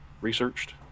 researched